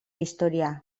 historia